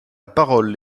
parole